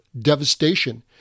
devastation